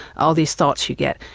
all these thoughts you get.